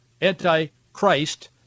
anti-Christ